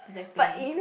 exactly